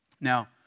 Now